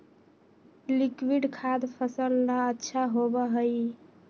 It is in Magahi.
लिक्विड खाद फसल ला अच्छा होबा हई